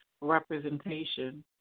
representation